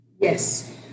Yes